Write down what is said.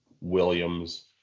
Williams